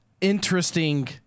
interesting